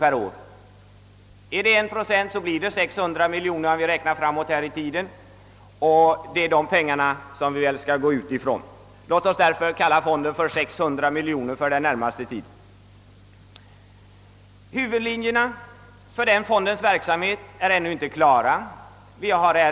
Vid en procent blir det 600 miljoner kronor om vi räknar framåt i tiden och det är det beloppet vi skall utgå ifrån. Låt oss därför för den närmaste tiden kalla fonden för 600-miljonersfonden. Huvudlinjerna för användningen av denna fond är ännu inte klara.